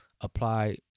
apply